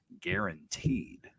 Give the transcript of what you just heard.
guaranteed